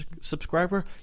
subscriber